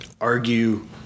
argue